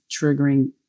triggering